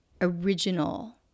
original